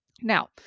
Now